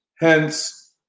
hence